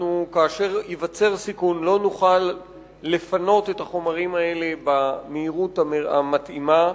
כאשר ייווצר סיכון לא נוכל לפנות את החומרים האלה במהירות המתאימה.